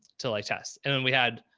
to like test. and then we had,